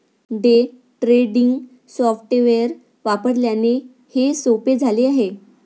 day trading software वापरल्याने हे सोपे झाले आहे